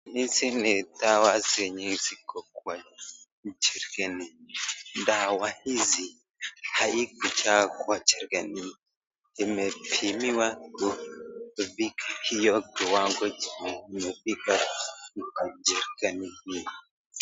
Hizi ni dawa zenye ziko kwa jerikani, dawa hizi haikujaa kwa jerikani imepimiwa kufika hiyo kiwango yenye imefika kwenye hio jerikani.